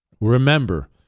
Remember